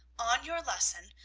on your lesson,